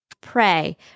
Pray